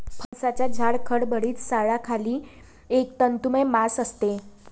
फणसाच्या जाड, खडबडीत सालाखाली एक तंतुमय मांस असते